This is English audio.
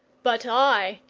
but i,